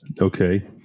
Okay